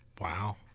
Wow